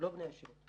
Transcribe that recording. לא בני הישיבות.